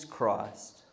Christ